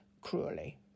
cruelly